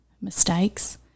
mistakes